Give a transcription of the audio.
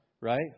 right